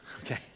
Okay